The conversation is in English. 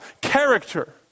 character